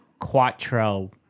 Quattro